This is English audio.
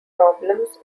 problems